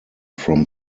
from